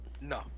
No